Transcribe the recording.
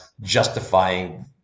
justifying